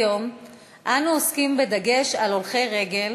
היום אנו עוסקים בדגש על הולכי רגל,